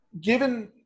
Given